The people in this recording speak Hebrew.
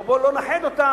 או בוא לא נאחד אותן,